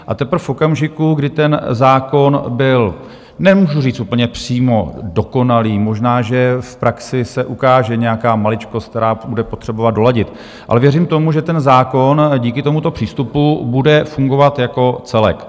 A teprve v okamžiku, kdy ten zákon byl, nemůžu říct úplně přímo dokonalý, možná že v praxi se ukáže nějaká maličkost, která bude potřebovat doladit, ale věřím tomu, že ten zákon díky tomuto přístupu bude fungovat jako celek.